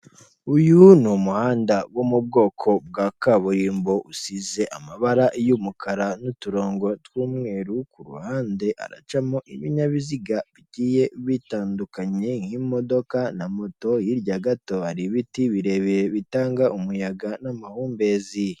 Uyu umuhanda wo mu bwoko bwa kaburimbo usize amabara y'umukara n'uturongo tw'umweru, kuhandeca ibinyabiziga bigiye bitandukanye nk'imodoka na moto hirya gato hari ibiti birebire bitanga umuyaga n'amahumbezi.